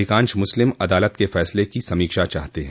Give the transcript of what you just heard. अधिकांश मुस्लिम अदालत के फैसले की समीक्षा चाहते हैं